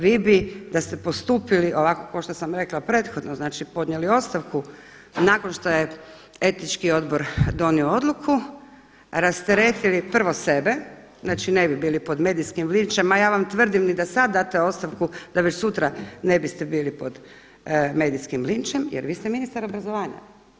Vi bi da ste postupili ovako kao što sam rekla prethodno, znači podnijeli ostavku nakon što je Etički odbor donio odluku rasteretili prvo sebe, znači ne bi bili pod medijskim linčem, a ja vam tvrdi ni da sada date ostavku da već sutra ne biste bili pod medijskim linčem jer vi ste ministar obrazovanja.